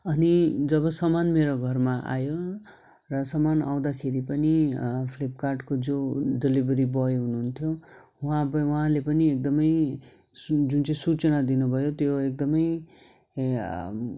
अनि जब सामान मेरो घरमा आयो र सामान आउँदाखेरि पनि फ्लिपकार्टको जो डेलिभरी बोय हुनु हुन्थ्यो उहाँ उहाँले पनि एकदमै जुन चाहिँ सूचना दिनु भयो त्यो एकदमै